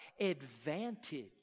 Advantage